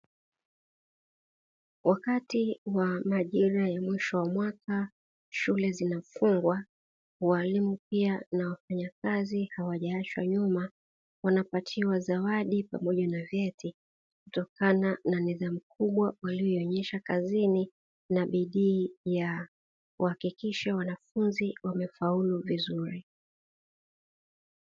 Wakati za majira ya mwisho wa mwaka, shule zimefungwa walimu pia na wafanyakazi hawajaachwa nyuma wanapatiwa zawadi pamoja na vyeti kutokana na nidhamu mkubwa walioonyesha kazini na bidii ya kuhakikisha wanafunzi wamefaulu vizuri.